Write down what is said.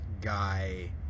guy